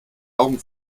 augen